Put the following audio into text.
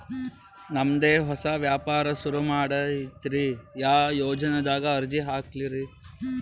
ನಮ್ ದೆ ಹೊಸಾ ವ್ಯಾಪಾರ ಸುರು ಮಾಡದೈತ್ರಿ, ಯಾ ಯೊಜನಾದಾಗ ಅರ್ಜಿ ಹಾಕ್ಲಿ ರಿ?